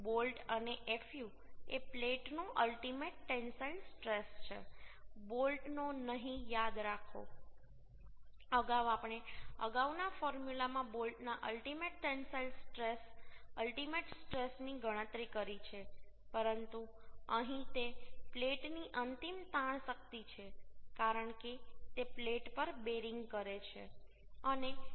bolt અને fu એ પ્લેટનો અલ્ટીમેટ ટેન્સાઈલ સ્ટ્રેસ છે બોલ્ટ નો નહીં યાદ રાખો અગાઉ આપણે અગાઉના ફોર્મ્યુલામાં બોલ્ટના અલ્ટીમેટ ટેન્સાઈલ સ્ટ્રેસ અલ્ટીમેટ સ્ટ્રેસની ગણતરી કરી છે પરંતુ અહીં તે પ્લેટની અંતિમ તાણ શક્તિ છે કારણ કે તે પ્લેટ પર બેરિંગ કરે છે